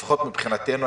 לפחות מבחינתנו,